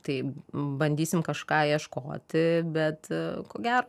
tai bandysim kažką ieškoti bet ko gero